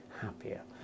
happier